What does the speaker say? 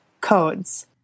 codes